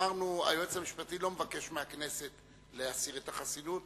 ואמרנו שהיועץ המשפטי לא מבקש מהכנסת להסיר את החסינות.